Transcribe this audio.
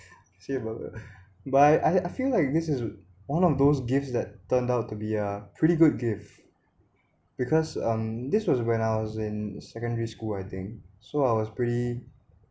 see about that but I I feel like this is one of those gifts that turned out to be a pretty good gift because um this was when I was in secondary school I think so I was pretty